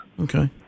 Okay